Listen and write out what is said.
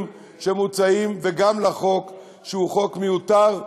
שמוצעים וגם לחוק שהוא חוק מיותר,